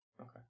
Okay